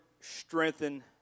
strengthen